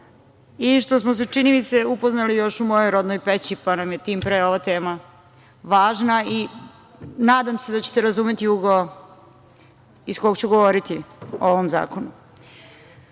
i što smo se, čini mi se, upoznali još u mojoj rodnoj Peći, pa nam je tim pre ova tema važna i nadam se da ćete razumeti ugao iz kog ću govoriti o ovom zakonu. Veliki